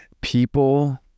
people